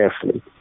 carefully